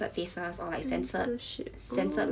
c~ censorship orh